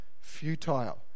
futile